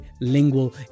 lingual